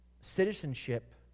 citizenship